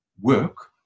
work